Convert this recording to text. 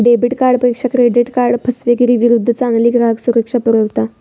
debit कार्डपेक्षा credit card फसवेगिरीविरुद्ध चांगली ग्राहक सुरक्षा पुरवता